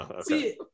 See